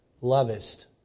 Lovest